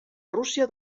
rússia